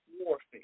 warfare